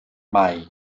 mai